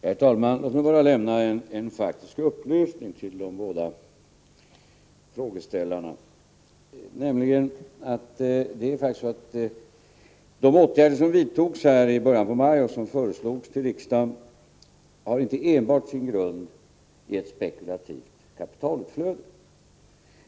Herr talman! Låt mig bara lämna en faktisk upplysning till de båda frågeställarna. De åtgärder som vidtogs i början på maj efter beslut i riksdagen hade inte enbart sin grund i ett spekulativt kapitalutflöde.